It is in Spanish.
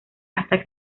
hasta